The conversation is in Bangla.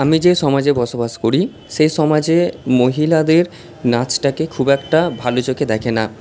আমি যে সমাজে বসবাস করি সেই সমাজে মহিলাদের নাচটাকে খুব একটা ভালো চোখে দেখে না